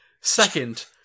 Second